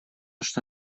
что